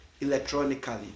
electronically